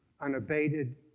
unabated